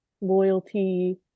loyalty